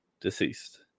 deceased